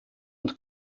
und